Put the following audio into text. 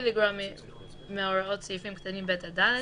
לגרוע מהוראות סעיפים קטנים (ב) עד (ד),